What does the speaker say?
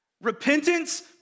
Repentance